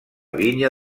vinya